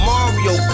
Mario